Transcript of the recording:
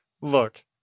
look